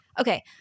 Okay